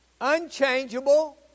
Unchangeable